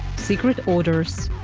secret orders,